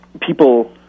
People